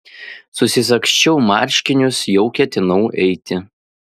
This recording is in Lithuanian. susisagsčiau marškinius jau ketinau eiti